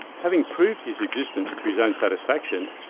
having proved his existence to his own satisfaction,